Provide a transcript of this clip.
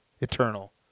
Eternal